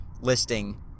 listing